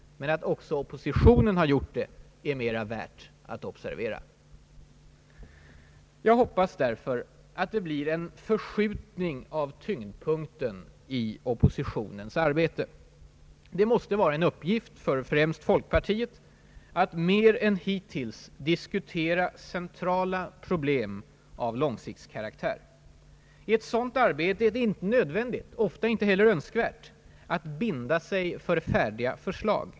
Att också oppositionen har gjort det är mera värt att observera. Jag hoppas därför att det blir en förskjutning av tyngdpunkten i oppositionens arbete. Det måste vara en uppgift för främst folkpartiet att mer än hittills disktuera centrala problem av långsiktskaraktär. I ett sådant arbete är det inte nödvändigt, ofta inte heller önskvärt, att binda sig för färdiga förslag.